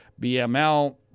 BML